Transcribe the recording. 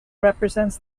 represents